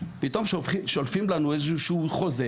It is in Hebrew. פתאום שולפים לנו איזה שהוא חוזה